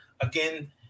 Again